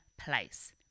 place